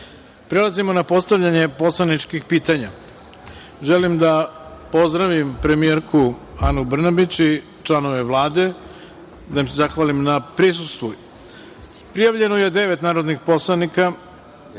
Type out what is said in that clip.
grupi. Prelazimo na postavljanje poslaničkih pitanja. Želim da pozdravim premijerku Anu Brnabić i članove Vlade, da im se zahvalim na prisustvu. Prijavljeno je 10 narodnih poslanika